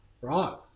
Right